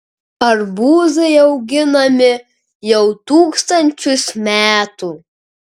arbūzai auginami jau tūkstančius metų